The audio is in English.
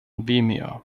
vimeo